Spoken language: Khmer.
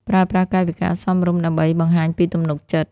ប្រើប្រាស់កាយវិការសមរម្យដើម្បីបង្ហាញពីទំនុកចិត្ត។